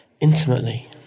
intimately